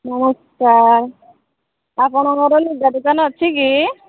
ନମସ୍କାର ଆପଣଙ୍କର ଲୁଗା ଦୋକାନ ଅଛି କି